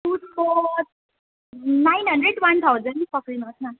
सुजको nine hundred one thousand पक्रिनु होस् न